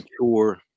mature